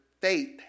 faith